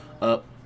up